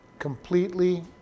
completely